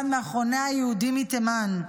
אחד מאחרוני היהודים מתימן,